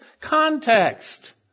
context